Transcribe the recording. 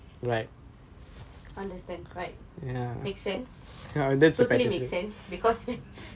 understand right ya make sense totally makes sense because